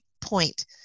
point